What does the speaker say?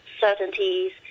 certainties